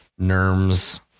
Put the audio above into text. Nerm's